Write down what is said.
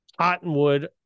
Cottonwood